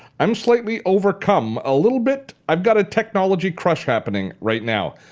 i'm slightly overcome a little bit. i've got a technology crush happening right now.